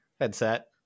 headset